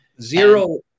Zero